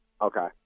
Okay